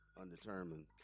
undetermined